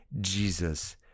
Jesus